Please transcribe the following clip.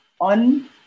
on